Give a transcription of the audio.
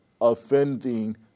offending